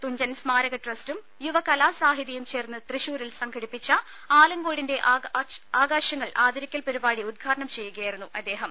തുഞ്ചൻ സ്മാരക ട്രസ്റ്റും യുവ കലാ സാഹിതിയും ചേർന്ന് തൃശൂരിൽ സംഘടിപ്പിച്ച ആലങ്കോടിന്റെ ആകാശങ്ങൾ ആദരിക്കൽ പരിപാടി ഉദ്ഘാടനംചെയ്യുകയായിരുന്നു അദ്ദേഹം